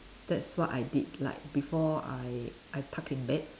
that's what I did like before I I tuck in bed